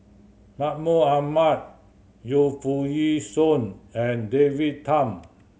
Mahmud Ahmad Yu Foo Yee Shoon and David Tham